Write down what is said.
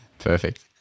perfect